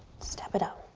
step it up.